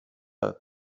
映射